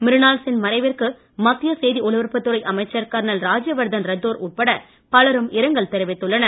மிருனாள் சென் மறைவிற்கு மத்திய செய்தி ஒலிபரப்பு துறை அமைச்சர் கர்னல் ராஜ்யவர்தன் ராத்தோர் உட்பட பலரும் இரங்கல் தெரிவித்துள்ளனர்